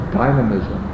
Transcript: dynamism